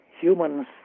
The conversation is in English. humans